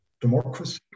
democracy